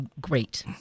great